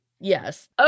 Yes